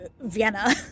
Vienna